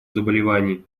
заболевания